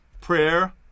Prayer